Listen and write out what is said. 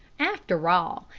after all,